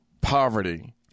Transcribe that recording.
poverty